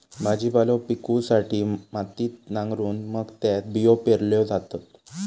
भाजीपालो पिकवूसाठी मातीत नांगरून मग त्यात बियो पेरल्यो जातत